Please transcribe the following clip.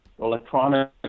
electronic